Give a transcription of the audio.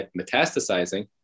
metastasizing